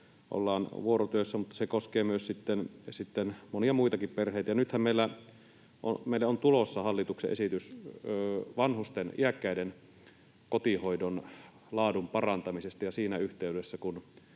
ollaan vuorotyössä, myös monia muitakin perheitä. Nythän meille on tulossa hallituksen esitys vanhusten, iäkkäiden, kotihoidon laadun parantamisesta, ja kun luin sitä